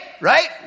right